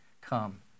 Come